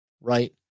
right